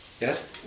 Yes